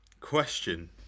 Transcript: question